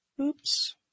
Oops